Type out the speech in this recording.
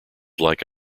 like